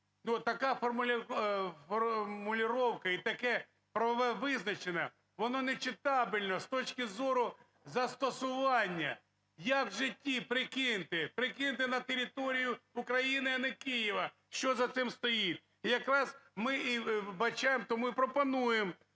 отака формулировка і таке правове визначення, воно нечитабельне з точки зору застосування. Як в житті, прикиньте, прикиньте на територію України, а не Києва, що за цим стоїть. І якраз ми і вбачаємо, тому і пропонуємо.